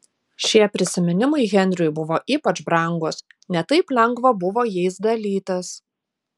šie prisiminimai henriui buvo ypač brangūs ne taip lengva buvo jais dalytis